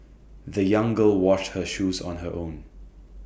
the young girl washed her shoes on her own